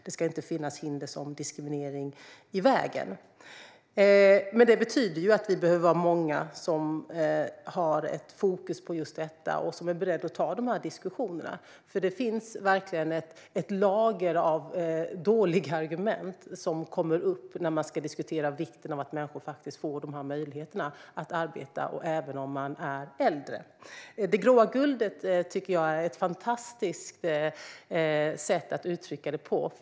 Det ska inte finnas hinder som diskriminering i vägen. Det betyder att vi behöver vara många som har fokus på just detta och som är beredda att ta dessa diskussioner. Det finns ett lager av dåliga argument som kommer upp när man ska diskutera vikten av att människor får möjligheter att arbeta även om de är äldre. Det grå guldet tycker jag är ett fantastiskt sätt att uttrycka det på.